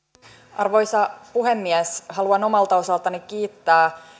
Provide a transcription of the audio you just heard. arvoisa puhemies haluan omalta osaltani kiittää